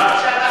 ירושלים לא,